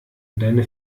deine